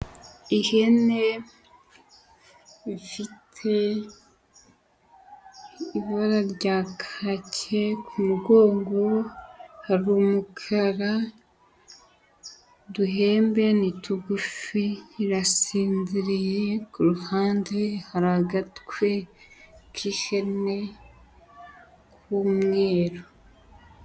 Ihene ifite ibara rya kake ku mugongo, hari umukara, uduhembe ni tugufi irasinziriye, ruhande hari agatwi k'ihene k'umweru.